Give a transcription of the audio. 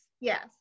Yes